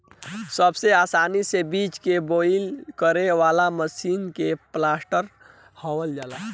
सबसे आसानी से बीज के बोआई करे वाला मशीन के प्लांटर कहल जाला